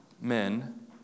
men